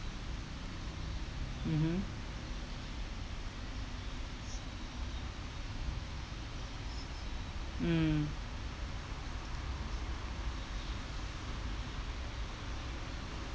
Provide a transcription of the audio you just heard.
mmhmm mm